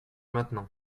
maintenant